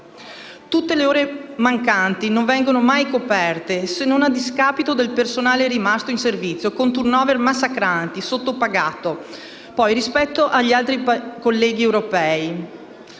Tutte le ore mancanti non vengono mai coperte, se non a discapito del personale rimasto in servizio con turni massacranti, sottopagato poi rispetto agli altri colleghi europei.